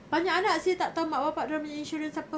banyak anak seh tak tahu mak bapa dia orang punya insurance apa